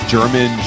German